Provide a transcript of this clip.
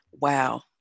Wow